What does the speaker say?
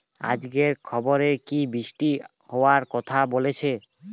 আজকের খবরে কি বৃষ্টি হওয়ায় কথা বলেছে?